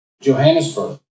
Johannesburg